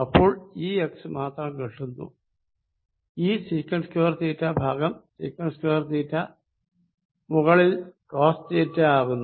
അപ്പോൾ ഈ x മാത്രം കിട്ടുന്നു ഈ sec2 θ ഭാഗം sec3θ മുകളിലെ cosθ ആകുന്നു